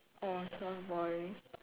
oh surf boy